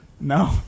No